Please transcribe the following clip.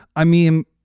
i mean,